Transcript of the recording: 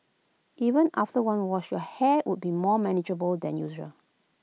even after one wash your hair would be more manageable than usual